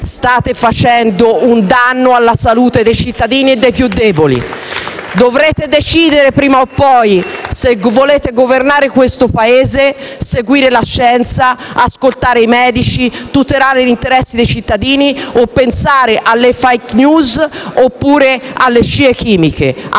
State facendo un danno alla salute dei cittadini e dei più deboli. *(Applausi dal Gruppo PD)*. Dovrete decidere, prima o poi, se volete governare questo Paese, seguire la scienza, ascoltare i medici, tutelare l'interesse dei cittadini o pensare alle *fake news* oppure alle scie chimiche.